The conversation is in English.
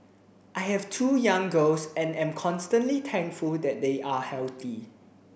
I have two young girls and am constantly thankful that they are healthy